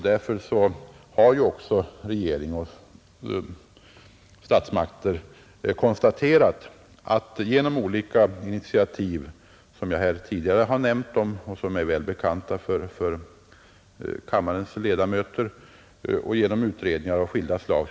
Därför har statsmakterna försökt med olika initiativ, som är väl bekanta för kammarens ledamöter, genom utredningar av olika slag.